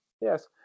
Yes